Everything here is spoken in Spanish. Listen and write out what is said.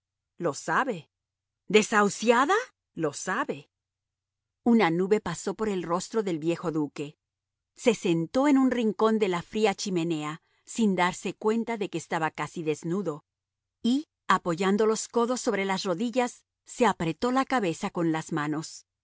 lo sabe desahuciada lo sabe una nube pasó por el rostro del viejo duque se sentó en un rincón de la fría chimenea sin darse cuenta de que estaba casi desnudo y apoyando los codos sobre las rodillas se apretó la cabeza con las manos